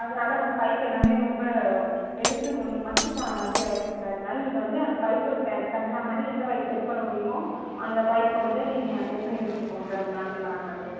அதனால் வந்து பைப் எல்லாமே ரொம்ப வெளுத்து மக்கி போன மாதிரி ஆயிடுச்சு சார் அதனால் நீங்கள் வந்து அந்த பைப் தகுந்த மாதிரி எந்த பைப் செட் பண்ண முடியுமோ அந்த பைப் வந்து நீங்கள் செட் பண்ணி கொடுத்துட்டு போங்க சார் ரொம்ப நாளைக்கு வரா மாதிரி